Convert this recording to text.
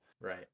Right